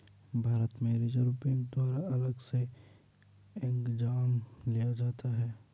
भारत में reserve bank द्वारा अलग से एग्जाम लिया जाता है